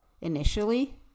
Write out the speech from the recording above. initially